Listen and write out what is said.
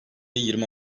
yirmi